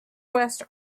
west